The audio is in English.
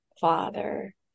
father